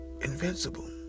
invincible